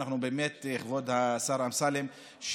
כבוד השר אמסלם,